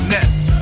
Ness